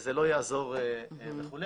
זה לא יעזור וכו'.